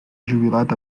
jubilat